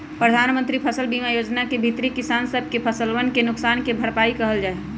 प्रधानमंत्री फसल बीमा योजना के भीतरी किसान सब के फसलवन के नुकसान के भरपाई कइल जाहई